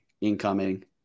incoming